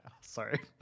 Sorry